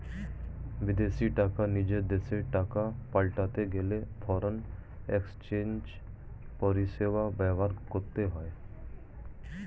বিদেশী টাকা নিজের দেশের টাকায় পাল্টাতে গেলে ফরেন এক্সচেঞ্জ পরিষেবা ব্যবহার করতে হয়